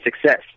success